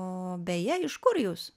o beje iš kur jūs